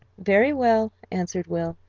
very well, answered will,